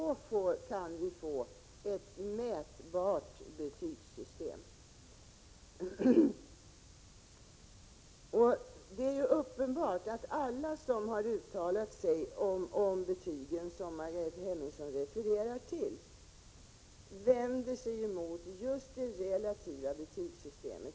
Då kan vi få ett mätbart betygssystem. Det är uppenbart att alla de som har uttalat sig om betygen som Margareta Hemmingsson refererar till vänder sig mot just det relativa betygssystemet.